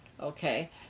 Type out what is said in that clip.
okay